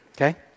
okay